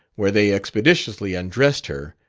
where they expeditiously undressed her,